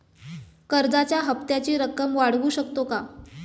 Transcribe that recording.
कर्जाच्या हप्त्याची रक्कम वाढवू शकतो का?